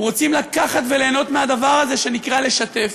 הם רוצים לקחת וליהנות מהדבר הזה שנקרא לשתף,